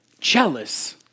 jealous